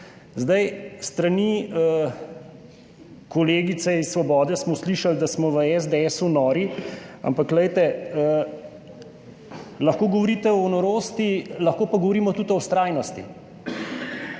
časa. S strani kolegice iz Svobode smo slišali, da smo v SDS nori, ampak lahko govorite o norosti, lahko pa govorimo tudi o vztrajnosti.